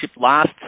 last